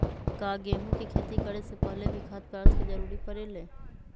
का गेहूं के खेती करे से पहले भी खाद्य पदार्थ के जरूरी परे ले?